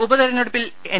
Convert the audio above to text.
ഉപതെരഞ്ഞെടുപ്പിൽ എൻ